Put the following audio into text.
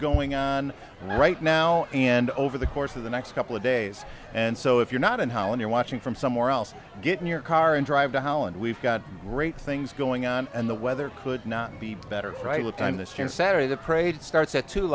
going on right now and over the course of the next couple of days and so if you're not and when you're watching from somewhere else get in your car and drive to holland we've got great things going on and the weather could not be better right with time this one saturday that prayed starts at t